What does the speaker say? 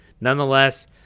Nonetheless